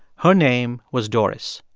her name was doris.